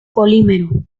polímero